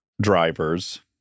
drivers